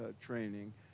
training